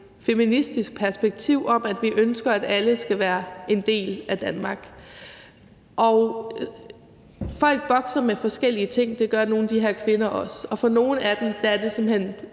feministisk perspektiv om, at vi ønsker, at alle skal være en del af Danmark. Folk bokser med forskellige ting, og det gør nogle af de her kvinder også. Og for nogle af dem er det simpelt hen